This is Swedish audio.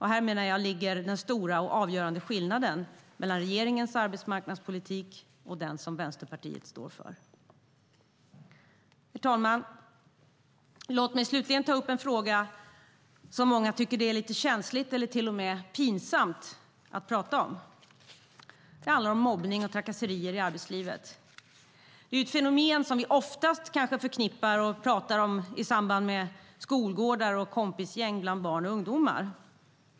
Här ligger den stora och avgörande skillnaden mellan regeringens arbetsmarknadspolitik och den som Vänsterpartiet står för. Herr talman! Låt mig slutligen ta upp en fråga som många tycker att det är lite känsligt eller till och med pinsamt att tala om. Det handlar om mobbning och trakasserier i arbetslivet. Det är ett fenomen som vi oftast förknippar och talar om i samband med skolgårdar och kompisgäng bland barn och unga.